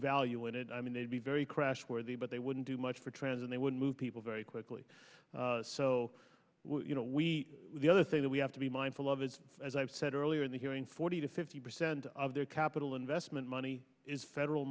value in it i mean they'd be very crashworthy but they wouldn't do much for trends and they would move people very quickly so you know we the other thing that we have to be mindful of is as i've said earlier in the hearing forty to fifty percent of their capital investment money is federal